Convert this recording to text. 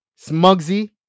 Smugsy